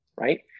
right